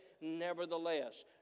nevertheless